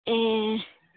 ꯑꯦ